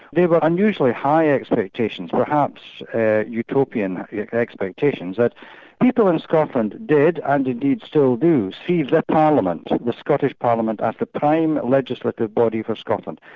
they were unusually high expectations. perhaps utopian yeah expectations. but people in scotland did and indeed still do, see their like parliament, the scottish parliament as the prime legislative body for scotland.